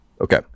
Okay